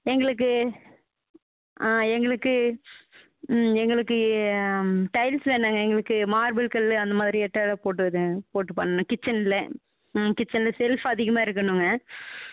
எங்களுக்கு எங்களுக்கு எங்களுக்கு டைல்ஸ் வேணாங்க எங்களுக்கு மார்பிள் கல் அந்த மாதிரியே தரை போட்டு இது போட்டு பண்ணும் கிச்சனில் ம் கிச்சனில் செல்ஃப் அதிகமாக இருக்கனுங்க